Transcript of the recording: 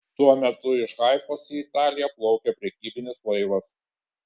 tuo metu iš haifos į italiją plaukė prekybinis laivas